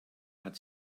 had